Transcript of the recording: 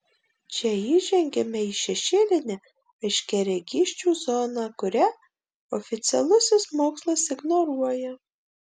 čia įžengiame į šešėlinę aiškiaregysčių zoną kurią oficialusis mokslas ignoruoja